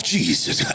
Jesus